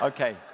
Okay